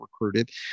recruited